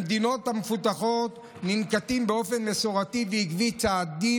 במדינות המפותחות ננקטים באופן מסורתי ועקבי צעדים